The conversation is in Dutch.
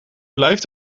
blijft